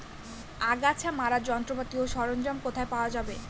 আগাছা মারার যন্ত্রপাতি ও সরঞ্জাম কোথায় পাওয়া যাবে?